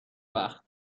وقت